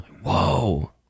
Whoa